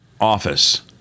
Office